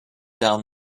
down